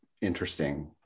interesting